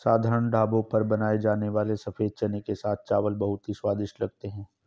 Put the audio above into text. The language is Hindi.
साधारण ढाबों पर बनाए जाने वाले सफेद चने के साथ चावल बहुत ही स्वादिष्ट लगते हैं